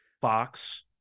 Fox